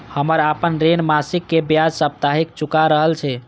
हम आपन ऋण मासिक के ब्याज साप्ताहिक चुका रहल छी